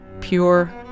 pure